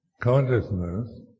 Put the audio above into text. consciousness